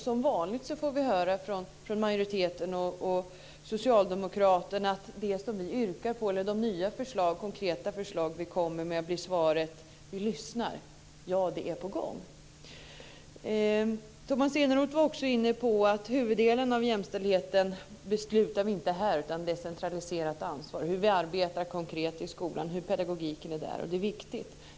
Som vanligt får vi höra från majoriteten och Socialdemokraterna att de lyssnar till de nya konkreta förslag som vi kommer med och att det är på gång. Tomas Eneroth var också inne på att huvuddelen av jämställdheten ska vi inte besluta om här. Det är ett decentraliserat ansvar hur vi arbetar konkret i skolan och hur pedagogiken ser ut. Det är viktigt.